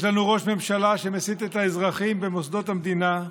יש לנו ראש ממשלה שמסית את האזרחים במוסדות המדינה,